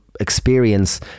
Experience